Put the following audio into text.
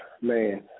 man